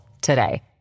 today